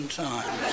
time